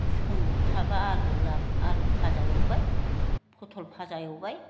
समाव थाबा आलु लाब्रा आलु भाजा एवबाय पथल भाजा एवबाय